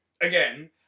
Again